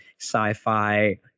sci-fi